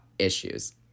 issues